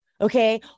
Okay